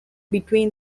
between